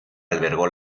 albergó